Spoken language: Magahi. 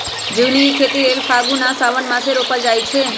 झिगुनी के खेती लेल फागुन आ साओंन मासमे रोपल जाइ छै